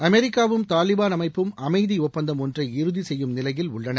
அமெரிக்காவும் தாலிபாள் அமைப்பும் அமைதி ஒப்பந்தம் ஒன்றை இறுதி செய்யும் நிலையில் உள்ளன